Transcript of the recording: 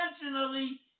intentionally